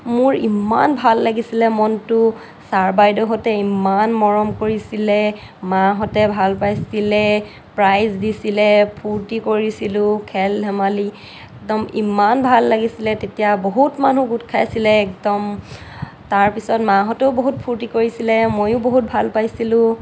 মোৰ ইমান ভাল লাগিছিলে মনটো চাৰ বাইদেউহঁতে ইমান মৰম কৰিছিলে মাহঁতে ভাল পাইছিলে প্ৰাইজ দিছিলে ফূৰ্তি কৰিছিলোঁ খেল ধেমালি একদম ইমান ভাল লাগিছিলে তেতিয়া বহুত মানুহ গোট খাইছিলে একদম তাৰ পিছত মাহঁতো বহুত ফূৰ্তি কৰিছিলে ময়ো বহুত ভাল পাইছিলোঁ